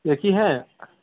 एक ही है